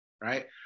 right